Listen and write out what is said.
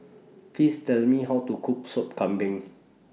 Please Tell Me How to Cook Sup Kambing